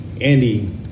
Andy